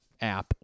app